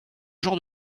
genre